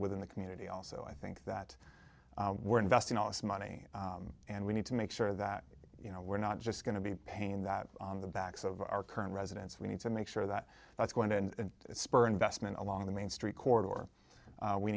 within the community also i think that we're investing all this money and we need to make sure that you know we're not just going to be pain that on the backs of our current residents we need to make sure that that's going to spur investment along the main street corridor or we